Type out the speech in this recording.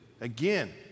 Again